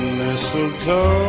mistletoe